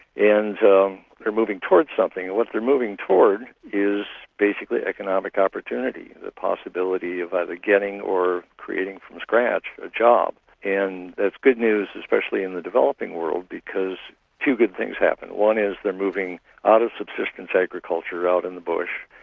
and um they're moving towards something, and what they're moving towards is basically economic opportunity, the possibility of either getting or creating from scratch a job. and that's good news, especially in the developing world, because two good things happen. one is they're moving out of subsistence agriculture out in the bush,